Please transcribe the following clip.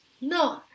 No